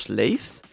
leeft